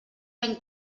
ben